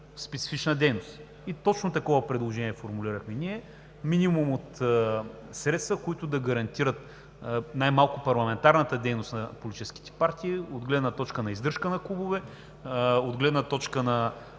специфична дейност. Точно такова предложение формулирахме ние – минимум средства, които да гарантират най-малко парламентарната дейност на политическите партии, от гледна точка на издръжка на клубове, от гледна точка на